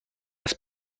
هست